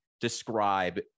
describe